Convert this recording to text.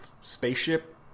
spaceship